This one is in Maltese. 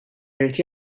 irid